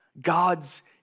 God's